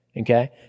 okay